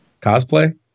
cosplay